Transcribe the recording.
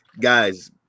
Guys